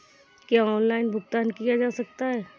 क्या ऑनलाइन भुगतान किया जा सकता है?